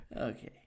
Okay